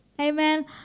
Amen